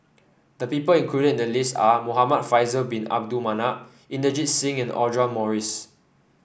the people included in the list are Muhamad Faisal Bin Abdul Manap Inderjit Singh and Audra Morrice